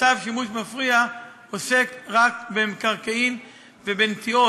צו שימוש מפריע עוסק רק במקרקעין ובנטיעות,